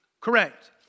Correct